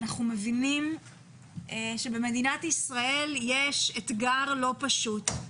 אנחנו מבינים שבמדינת ישראל יש אתגר לא פשוט.